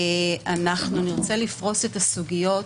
אנחנו נרצה לפרוס את הסוגיות,